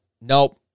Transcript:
nope